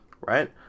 right